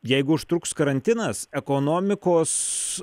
jeigu užtruks karantinas ekonomikos